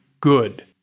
good